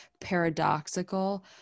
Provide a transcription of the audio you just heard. paradoxical